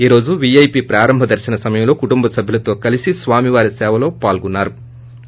ఈ రోజు వీఐపీ ప్రారంభ దర్తన సమయంలో కుటుంబ సభ్యులతో కలిసి స్వామివారి సేవలో పాల్గొన్నారు